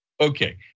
Okay